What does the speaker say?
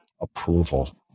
approval